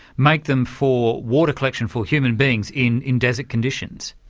make them for water collection for human beings in in desert conditions?